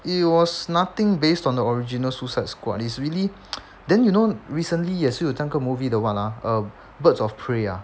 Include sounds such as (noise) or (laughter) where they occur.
it was nothing based on the original suicide squad is really (noise) then you know recently 也是有那个 movie the what ah birds of prey ah